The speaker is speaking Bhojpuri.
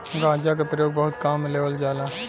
गांजा क परयोग बहुत काम में लेवल जाला